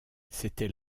c’était